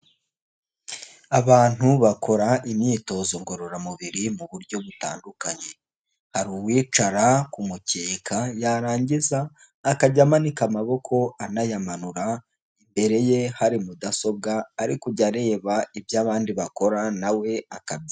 Abantu bakora imyitozo ngororamubiri mu buryo butandukanye; hari uwicara ku mukeka yarangiza akajya amanika amaboko anayamanura, imbere ye hari mudasobwa ari kujya areba ibyo abandi bakora na we akabyayigana.